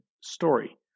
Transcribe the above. story